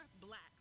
blacks